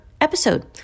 episode